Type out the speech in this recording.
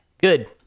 Good